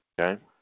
Okay